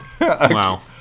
Wow